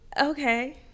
Okay